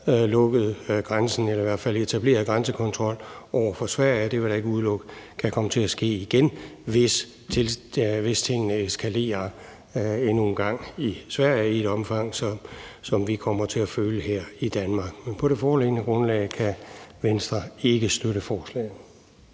lukket grænsen eller i hvert fald etableret grænsekontrol over for Sverige. Det vil jeg da ikke udelukke kan komme til at ske igen, hvis tingene eskalerer endnu en gang i Sverige i et omfang, som vi kommer til at føle her i Danmark. Men på det foreliggende grundlag kan Venstre ikke støtte forslaget.